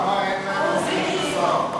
אדוני היושב-ראש,